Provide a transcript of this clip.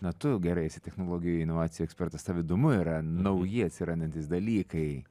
na tu gerai esi technologijų inovacijų ekspertas tau įdomu yra nauji atsirandantys dalykai